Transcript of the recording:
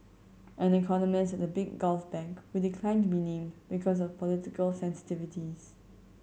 an economist at a big Gulf bank who declined to be named because of political sensitivities